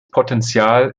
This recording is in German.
potenzial